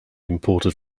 imported